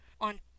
On